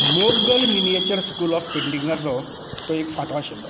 Mughal miniature school of पेंटिंगाचो तो एक फांटो आशिल्लो